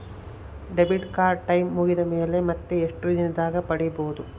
Debit card time ಮುಗಿದ ಮೇಲೆ ಮತ್ತೆ ಎಷ್ಟು ದಿನದಾಗ ಪಡೇಬೋದು?